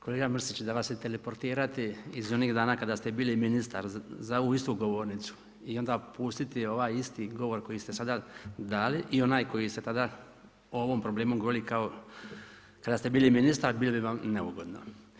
Kolega Mrsić, da vas je teleportirati iz onih dana kada ste bili ministar za ovu istu govornicu i onda pustiti ovaj isti govor koji ste sada dali i onaj koji ste tada o ovom problemu govorili kao kada ste bili ministar, bilo bi vam neugodno.